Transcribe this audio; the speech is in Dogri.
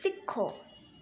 सिक्खो